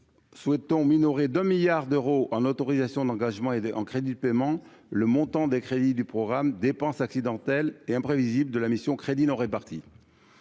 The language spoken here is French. souhaitons minoré 2 milliards d'euros en autorisations d'engagement et en crédits de paiement, le montant des crédits du programme dépenses accidentelles et imprévisible de la mission Crédits non répartis